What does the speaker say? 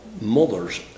Mothers